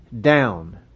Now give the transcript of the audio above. down